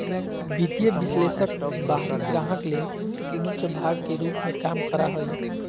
वित्तीय विश्लेषक बाहरी ग्राहक ले मुख्य भाग के रूप में काम करा हइ